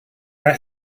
are